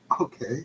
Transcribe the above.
Okay